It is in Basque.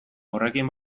horrekin